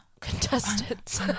Contestants